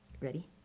ready